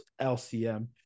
LCM